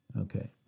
Okay